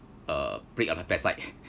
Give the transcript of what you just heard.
uh prick on her backside